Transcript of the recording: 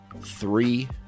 three